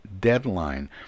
deadline